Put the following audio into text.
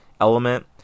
element